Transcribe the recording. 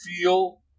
feel